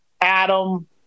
Adam